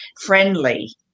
friendly